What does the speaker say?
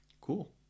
cool